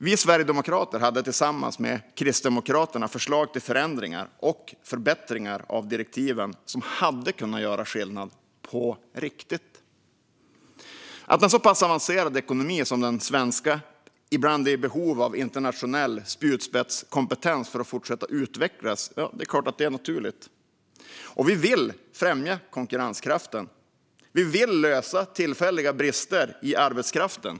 Vi sverigedemokrater hade tillsammans med Kristdemokraterna förslag till förändringar och förbättringar av direktiven som hade kunnat göra skillnad på riktigt. Att en så pass avancerad ekonomi som den svenska ibland är i behov av internationell spjutspetskompetens för att fortsätta utvecklas är såklart naturligt. Vi vill främja konkurrenskraften, och vi vill lösa tillfälliga brister i arbetskraften.